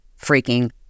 freaking